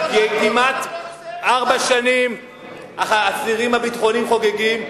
כמעט ארבע השנים האסירים הביטחוניים חוגגים,